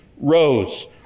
rose